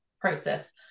process